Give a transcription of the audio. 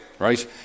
Right